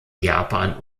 japan